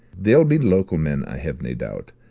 they'll be local men, i have nae doubt.